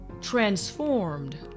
transformed